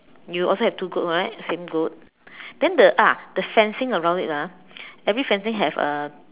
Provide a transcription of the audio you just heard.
you also have two goat right same goat then the ah the fencing around it ah every fencing have a